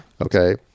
Okay